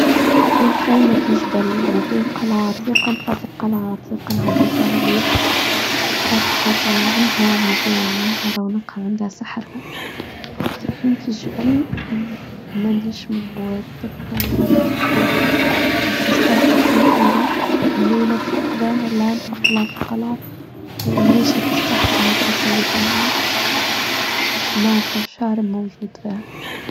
بين خيمة في جبل وبين قلعة عتيقاً فاصل قلعة عتيقاً على دفاعها ليلة خاطر عندها رمزية عندها رونقة عندها سحرها في حين في جبل مانيش من هوات الطبيعة خاصة تخيم في الليل الليلة بش نقضاها الآن تبطلها في قلعة ونعيشها كالسحر هذيك اللي فاها نوم تشارم موجود فيها.